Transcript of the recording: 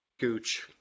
gooch